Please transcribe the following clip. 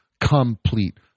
complete